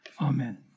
Amen